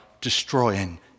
destroying